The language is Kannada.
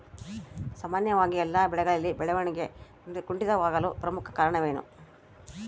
ಸಾಮಾನ್ಯವಾಗಿ ಎಲ್ಲ ಬೆಳೆಗಳಲ್ಲಿ ಬೆಳವಣಿಗೆ ಕುಂಠಿತವಾಗಲು ಪ್ರಮುಖ ಕಾರಣವೇನು?